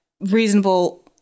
reasonable